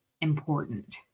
important